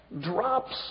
drops